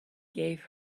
gave